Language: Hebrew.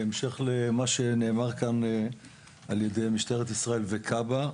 בהמשך למה שנאמר כאן על ידי משטרת ישראל וכיבוי אש.